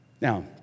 Now